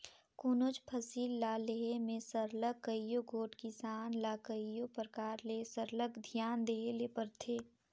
कोनोच फसिल ल लेहे में सरलग कइयो गोट किसान ल कइयो परकार ले सरलग धियान देहे ले परथे